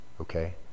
okay